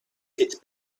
it’s